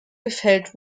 gefällt